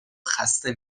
خسته